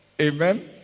Amen